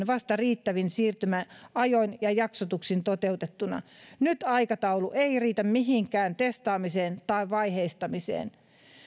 vasta riittävin siirtymäajoin ja jaksotuksin toteutettuna nyt aikataulu ei riitä mihinkään testaamiseen tai vaiheistamiseen